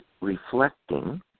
reflecting